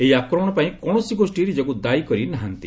ଏହି ଆକ୍ରମଣପାଇଁ କୌଣସି ଗୋଷୀ ନିଜକୁ ଦାୟି କରି ନାହାନ୍ତି